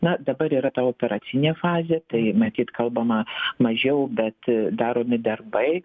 na dabar yra ta operacinė fazė tai matyt kalbama mažiau bet daromi darbai